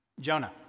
Jonah